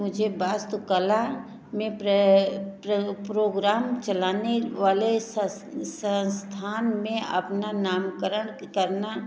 मुझे वास्तुकला में प्रोग्राम चलाने वाले संस्थान में अपना नामकरण करना